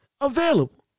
available